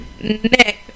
Nick